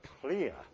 clear